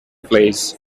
plays